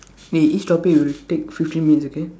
eh each topic will take fifteen minutes okay